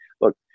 look